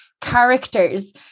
characters